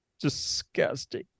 Disgusting